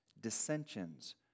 dissensions